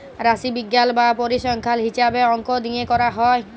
রাশিবিজ্ঞাল বা পরিসংখ্যাল হিছাবে অংক দিয়ে ক্যরা হ্যয়